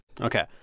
Okay